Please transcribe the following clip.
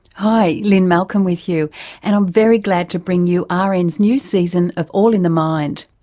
hi, lynne malcolm with you and i'm very glad to bring you ah rn's new season of all in the mind.